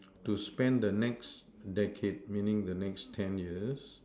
to spend the next decade meaning the next ten years